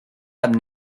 have